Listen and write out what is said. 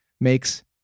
makes